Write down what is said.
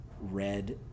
red